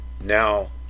Now